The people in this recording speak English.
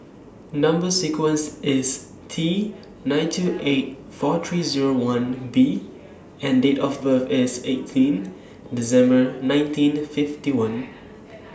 Number sequence IS T nine two eight four three Zero one B and Date of birth IS eighteen December nineteen fifty one